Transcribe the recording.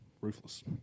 ruthless